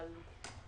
בתקנות.